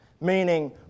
meaning